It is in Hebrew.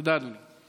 תודה, אדוני.